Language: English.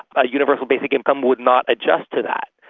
a universal basic income would not adjust to that.